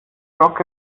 rock